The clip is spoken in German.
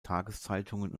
tageszeitungen